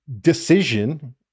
decision